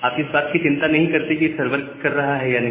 आप इस बात की भी चिंता नहीं करते कि सर्वर कर रहा है या नहीं